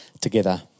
together